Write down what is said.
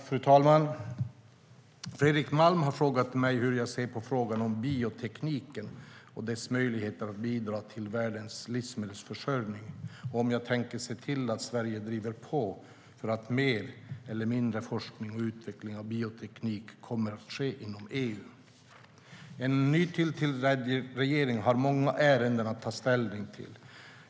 Fru talman! Fredrik Malm har frågat mig hur jag ser på frågan om biotekniken och dess möjligheter att bidra till världens livsmedelsförsörjning och om jag tänker se till att Sverige driver på för att mer eller mindre forskning och utveckling av bioteknik kommer att ske inom EU. En nytillträdd regering har många ärenden att ta ställning till.